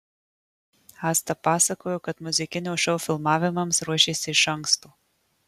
asta pasakojo kad muzikinio šou filmavimams ruošėsi iš anksto